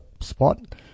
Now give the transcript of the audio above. spot